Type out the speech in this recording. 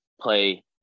play